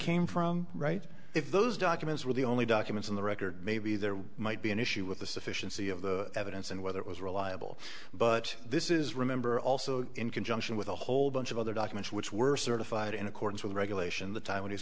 came from right if those documents were the only documents in the record maybe there might be an issue with the sufficiency of the evidence and whether it was reliable but this is remember also in conjunction with a whole bunch of other documents which were certified in accordance with a regulation the t